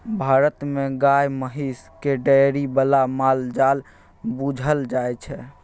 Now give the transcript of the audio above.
भारत मे गाए महिष केँ डेयरी बला माल जाल बुझल जाइ छै